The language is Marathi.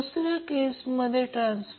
8 Ω असेल म्हणून I0 14